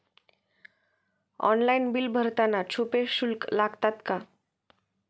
Online bill भरताना छुपे शुल्क लागतात का?